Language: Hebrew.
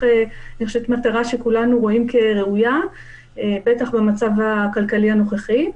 מטרה שכולנו רואים כראויה ובטח במצב הכלכלי הנוכחי.